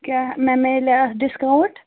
کیٛاہ مےٚ میلیٛا اَتھ ڈِسکاوُنٛٹ